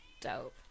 dope